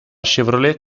chevrolet